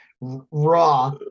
raw